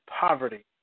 poverty